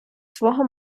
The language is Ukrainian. свого